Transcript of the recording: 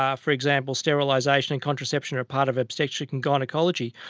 um for example, sterilisation and contraception are a part of obstetrics and gynaecology,